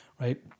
right